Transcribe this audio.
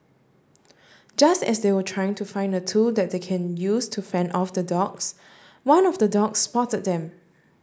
just as they were trying to find a tool that they can use to fend off the dogs one of the dogs spotted them